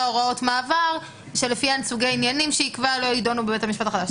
הוראות מעבר שלפיהן סוגי עניינים שיקבע לא יידונו בבית המשפט החדש".